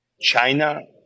China